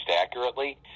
accurately